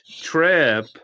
trip